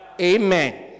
Amen